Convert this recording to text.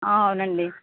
అవునండి